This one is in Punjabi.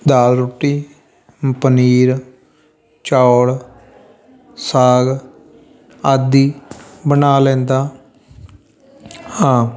ਦਾਲ ਰੋਟੀ ਪਨੀਰ ਚੌਲ ਸਾਗ ਆਦਿ ਬਣਾ ਲੈਂਦਾ ਹਾਂ